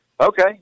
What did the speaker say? okay